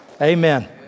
Amen